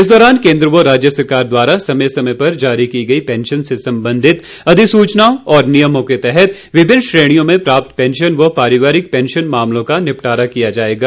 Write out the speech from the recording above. इस दौरान केन्द्र व राज्य सरकार द्वारा समय समय पर जारी की गई पैंशन से संबंधित अधिसूचनाओं और नियमों के तहत विभिन्न श्रेणियों में प्राप्त पैंशन व पारिवारिक पैंशन मामलों का निपटारा किया जाएगा